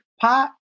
pot